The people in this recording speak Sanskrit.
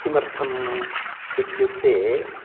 किमर्थम् इत्युक्ते